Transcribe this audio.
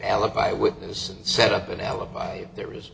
alibi witness set up an alibi there